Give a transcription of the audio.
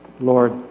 Lord